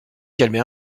calmer